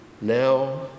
Now